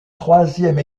troisième